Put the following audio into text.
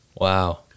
Wow